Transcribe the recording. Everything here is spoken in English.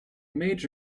made